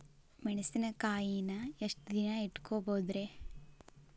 ಮೆಣಸಿನಕಾಯಿನಾ ಎಷ್ಟ ದಿನ ಇಟ್ಕೋಬೊದ್ರೇ?